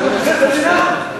הפלג הצפוני עומד לחסל את המדינה?